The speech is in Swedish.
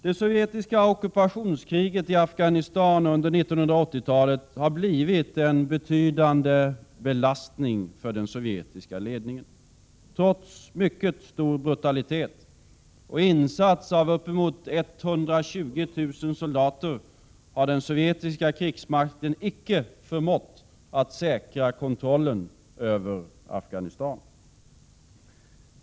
Det sovjetiska ockupationskriget i Afghanistan under 1980-talet har blivit en betydande belastning för den sovjetiska ledningen. Trots mycket stor brutalitet och insats av upp emot 120 000 soldater har den sovjetiska krigsmakten icke förmått att säkra kontrollen över Afghanistan.